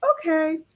okay